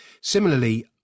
Similarly